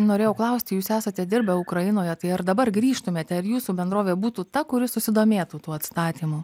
norėjau klausti jūs esate dirbę ukrainoje tai ar dabar grįžtumėte ar jūsų bendrovė būtų ta kuri susidomėtų tuo atstatymu